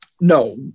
no